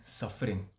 suffering